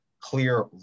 clear